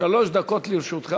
שלוש דקות לרשותך.